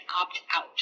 opt-out